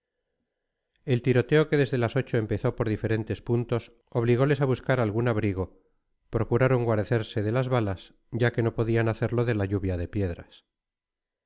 el tiroteo que desde las ocho empezó por diferentes puntos obligoles a buscar algún abrigo procuraron guarecerse de las balas ya que no podían hacerlo de la lluvia de piedras